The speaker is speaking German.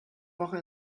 woche